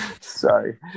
Sorry